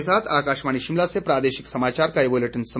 इसी के साथ आकाशवाणी शिमला से प्रादेशिक समाचार का ये बुलेटिन समाप्त हुआ